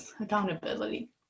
accountability